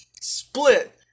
split